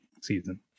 season